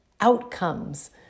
outcomes